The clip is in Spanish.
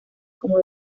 como